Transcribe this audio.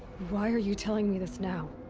why are you telling me this now?